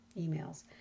emails